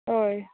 हय